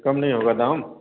कम नहीं होगा दाम